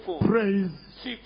praise